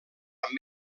amb